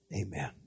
Amen